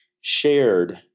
shared